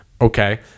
okay